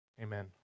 Amen